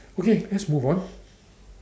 okay let's move on